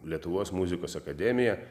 lietuvos muzikos akademija